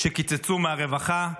שקיצצו מהרווחה?